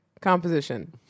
composition